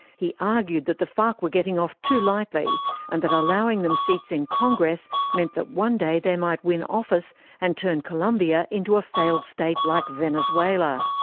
he argued that the farc were getting off too lightly and that allowing them seats in congress meant that one day they might win office and turn colombia into a failed state like venezuela.